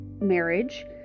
marriage